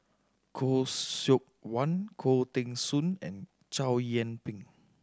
Khoo Seok Wan Khoo Teng Soon and Chow Yian Ping